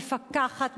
מפקחת,